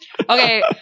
Okay